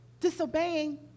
disobeying